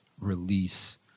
release